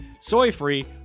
soy-free